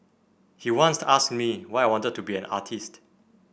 he once asked me why I wanted to be an artist